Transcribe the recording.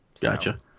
Gotcha